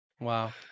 Wow